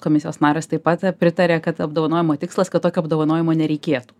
komisijos narės taip pat pritarė kad apdovanojimo tikslas kad tokio apdovanojimo nereikėtų